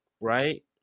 right